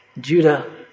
Judah